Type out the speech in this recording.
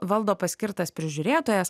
valdo paskirtas prižiūrėtojas